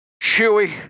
Chewy